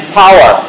power